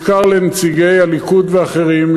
בעיקר לנציגי הליכוד ואחרים.